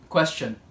Question